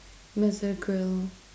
grill